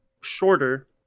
shorter